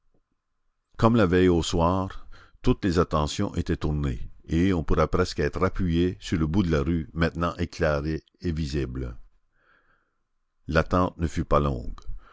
comme la veille au soir toutes les attentions étaient tournées et on pourrait presque dire appuyées sur le bout de la rue maintenant éclairé et visible l'attente ne fut pas longue